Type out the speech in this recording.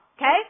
Okay